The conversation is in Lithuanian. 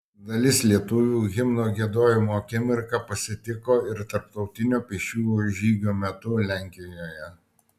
dalis lietuvių himno giedojimo akimirką pasitiko ir tarptautinio pėsčiųjų žygio metu lenkijoje